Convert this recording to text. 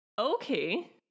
Okay